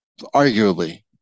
arguably